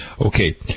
Okay